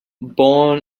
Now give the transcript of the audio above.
born